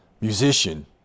musician